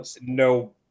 no